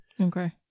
Okay